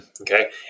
Okay